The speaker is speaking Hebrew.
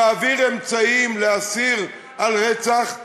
מעביר אמצעים לאסיר על רצח,